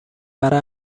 برای